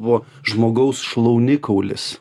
buvo žmogaus šlaunikaulis